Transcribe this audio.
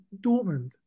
Dortmund